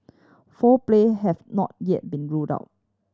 foul play have not yet been ruled out